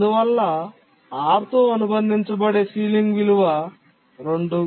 అందువల్ల R తో అనుబంధించబడే సీలింగ్ విలువ 2